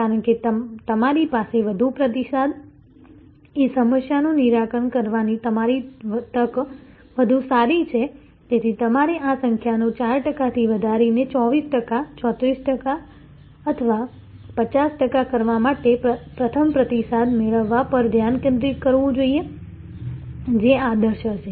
કારણ કે તમારી પાસે વધુ પ્રતિસાદ એ સમસ્યાનું નિરાકરણ કરવાની તમારી તક વધુ સારી છે તેથી તમારે આ સંખ્યાને 4 ટકાથી વધારીને 24 ટકા 34 ટકા અથવા 50 ટકા કરવા માટે પ્રથમ પ્રતિસાદ મેળવવા પર ધ્યાન કેન્દ્રિત કરવું જોઈએ જે આદર્શ હશે